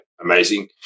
amazing